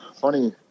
funny